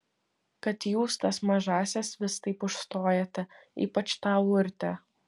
kad jūs tas mažąsias vis taip užstojate ypač tą urtę